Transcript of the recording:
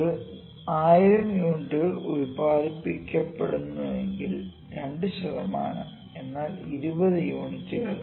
ഒരു ദിവസം 1000 യൂണിറ്റുകൾ ഉത്പാദിപ്പിക്കപ്പെടുന്നുവെങ്കിൽ 2 ശതമാനം എന്നാൽ 20 യൂണിറ്റുകൾ